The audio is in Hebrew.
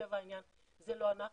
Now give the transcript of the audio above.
מטבע העניין זה לא אנחנו,